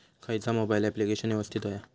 खयचा mobile application यवस्तित होया?